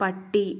പട്ടി